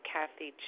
Kathy